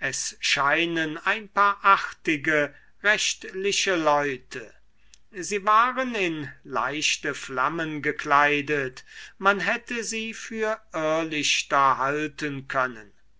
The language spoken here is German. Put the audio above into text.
es schienen ein paar artige rechtliche leute sie waren in leichte flammen gekleidet man hätte sie für irrlichter halten können